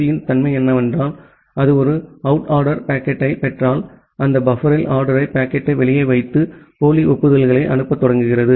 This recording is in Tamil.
பியின் தன்மை என்னவென்றால் அது ஒரு அவுட் ஆர்டர் பாக்கெட்டைப் பெற்றால் அது பஃபரில் ஆர்டர் பாக்கெட்டை வெளியே வைத்து போலி ஒப்புதல்களை அனுப்பத் தொடங்குகிறது